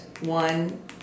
one